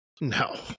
No